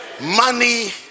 money